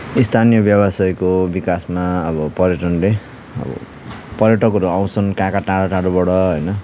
स्थानीय व्यवसायीको विकासमा अब पर्यटनले अब पर्यटकहरू आउँछन् कहाँ कहाँ टाढो टाढोबाट होइन